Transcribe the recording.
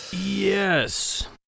Yes